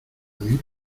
mil